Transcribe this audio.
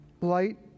light